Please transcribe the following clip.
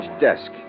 desk